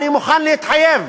אני מוכן להתחייב,